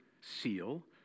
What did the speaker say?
seal